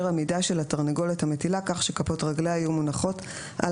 עמידה של התרנגולת המטילה כך שכפות רגליה יהיו מונחות על